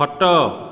ଖଟ